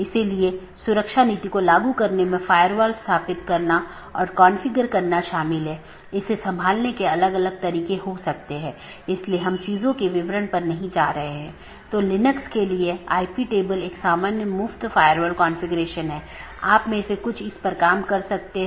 इसलिए मैं AS के भीतर अलग अलग तरह की चीजें रख सकता हूं जिसे हम AS का एक कॉन्फ़िगरेशन कहते हैं